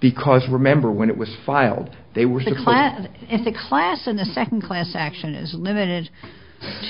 because remember when it was filed they were the class of the class and the second class action is limited